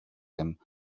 him